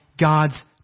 God's